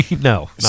No